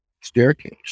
staircase